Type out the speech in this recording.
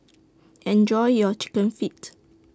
Enjoy your Chicken Feet